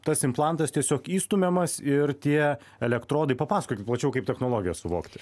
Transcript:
tas implantas tiesiog įstumiamas ir tie elektrodai papasakokit plačiau kaip technologijas suvokti